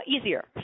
easier